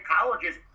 colleges